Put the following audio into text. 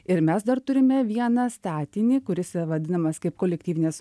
ir mes dar turime vieną statinį kuris vadinamas kaip kolektyvinės